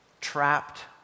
trapped